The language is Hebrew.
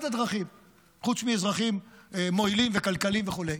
חוץ מאזרחים מועילים כלכלית וכו'.